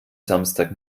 samstag